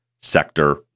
Sector